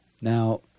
Now